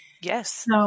Yes